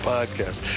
Podcast